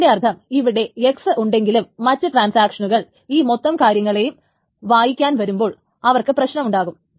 അതിൻറെ അർത്ഥം ഇവിടെ X ഉണ്ടെങ്കിലും മറ്റ് ട്രാൻസാക്ഷനുകൾ ഈ മൊത്തം കാര്യങ്ങളും വായിക്കാൻ വരുമ്പോൾ അവർക്ക് പ്രശ്നമുണ്ടാകും